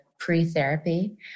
pre-therapy